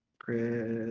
Chris